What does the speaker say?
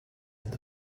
and